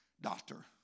doctor